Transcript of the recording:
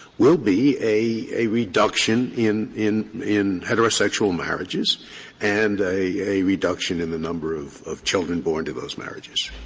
will be a a reduction in in in heterosexual marriages and a a reduction in the number of of children born to those marriages.